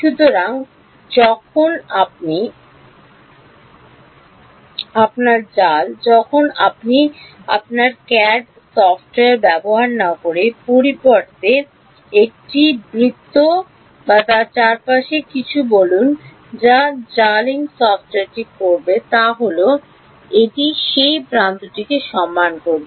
সুতরাং যখন আপনি আপনার জাল যখন আপনি আপনার সিএডি সফ্টওয়্যার ব্যবহার না করে পরিবর্তে একটি বৃত্ত বা তার চারপাশে কিছু বলুন এবং যা জালিং সফ্টওয়্যারটি করবে তা হল এটি সেই প্রান্তটিকে সম্মান করবে